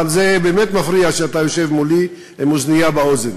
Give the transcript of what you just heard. אבל זה באמת מפריע שאתה יושב מולי עם אוזנייה באוזן.